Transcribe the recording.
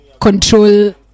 control